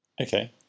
Okay